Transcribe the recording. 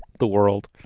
the world.